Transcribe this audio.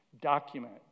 document